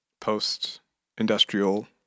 post-industrial